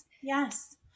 Yes